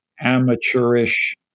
amateurish